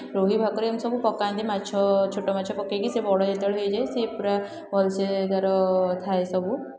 ରୋହୀ ଭାକୁର ଏମିତି ପକାନ୍ତି ଛୋଟ ମାଛ ପକେଇ କି ସେ ବଡ଼ ଯେତେବେଳେ ହୋଇଯାଏ ପୁରା ଭଲସେ ତା'ର ଥାଏ ସବୁ